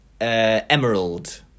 emerald